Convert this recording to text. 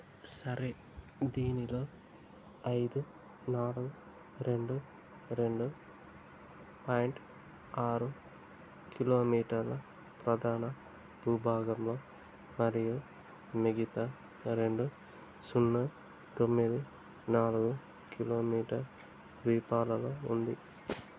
సరే దీనిలో ఐదు నాలుగు రెండు రెండు పాయింట్ ఆరు కిలోమీటర్ల ప్రధాన భూభాగంలో మరియు మిగితా రెండు సున్నా తొమ్మిది నాలుగు కిలోమీటర్ ద్వీపాలలో ఉంది